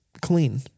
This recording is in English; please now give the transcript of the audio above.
clean